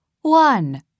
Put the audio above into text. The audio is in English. One